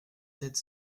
sept